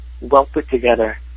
well-put-together